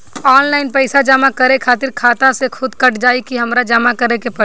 Online पैसा जमा करे खातिर खाता से खुदे कट जाई कि हमरा जमा करें के पड़ी?